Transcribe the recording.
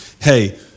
Hey